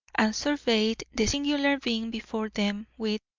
surveyed the singular being before them with,